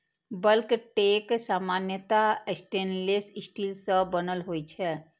bulk tank सामान्यतः stainless steel सं बनल होइ छै